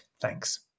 Thanks